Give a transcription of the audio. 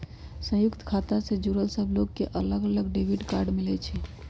संयुक्त खाता से जुड़ल सब लोग के अलग अलग डेबिट कार्ड मिलई छई